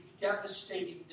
devastating